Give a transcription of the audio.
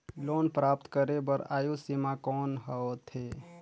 Loan प्राप्त करे बर आयु सीमा कौन होथे?